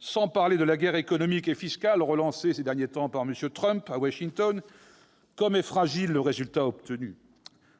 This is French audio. sans parler de la guerre économique et fiscale relancée ces derniers temps par M. Trump à Washington, comme est fragile le résultat obtenu !